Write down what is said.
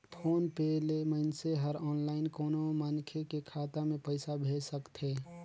phone पे ले मइनसे हर आनलाईन कोनो मनखे के खाता मे पइसा भेज सकथे